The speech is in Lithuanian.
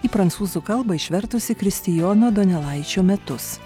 į prancūzų kalbą išvertusi kristijono donelaičio metus